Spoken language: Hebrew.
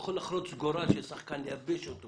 ויכול לחרוץ גורל של שחקן ולייבש אותו